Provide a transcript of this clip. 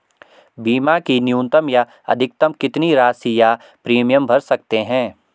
बीमा की न्यूनतम या अधिकतम कितनी राशि या प्रीमियम भर सकते हैं?